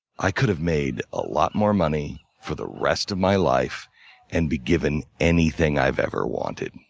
i could have made a lot more money for the rest of my life and be given anything i've ever wanted.